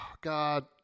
God